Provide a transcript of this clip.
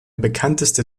bekannteste